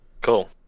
Cool